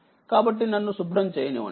కాబట్టి నన్ను శుభ్రం చేయనివ్వండి